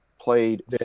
played